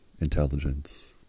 intelligence